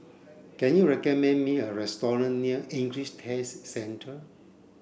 can you recommend me a restaurant near English Test Centre